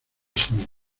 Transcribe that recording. sin